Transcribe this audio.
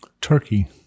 Turkey